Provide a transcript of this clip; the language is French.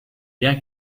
bien